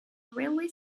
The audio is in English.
railway